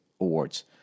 Awards